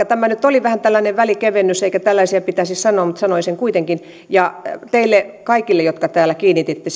tämä nyt oli vähän tällainen välikevennys eikä tällaisia pitäisi sanoa mutta sanoin sen kuitenkin ja teille kaikille jotka täällä kiinnititte